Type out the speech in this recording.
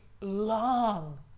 long